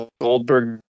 goldberg